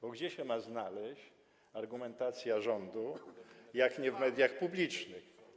Bo gdzie ma się znaleźć argumentacja rządu, jak nie w mediach publicznych?